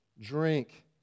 drink